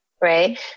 right